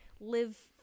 live